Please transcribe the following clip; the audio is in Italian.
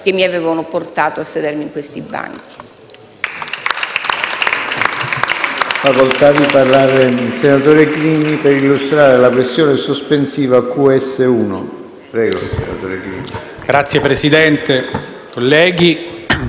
che mi hanno portato a sedermi in questi banchi.